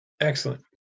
Excellent